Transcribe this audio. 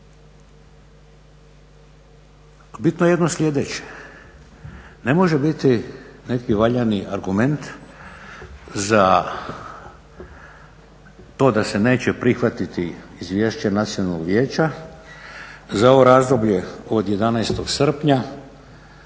Bitno je jedno sljedeće, ne može biti neki valjani argument za to da se neće prihvatiti Izvješće Nacionalnog vijeća za ovo razdoblje od 11. srpnja